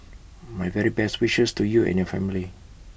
my very best wishes to you and your family